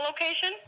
location